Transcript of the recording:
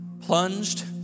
plunged